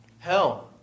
Hell